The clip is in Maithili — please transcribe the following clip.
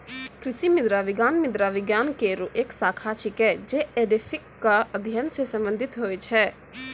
कृषि मृदा विज्ञान मृदा विज्ञान केरो एक शाखा छिकै, जे एडेफिक क अध्ययन सें संबंधित होय छै